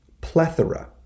Plethora